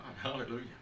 Hallelujah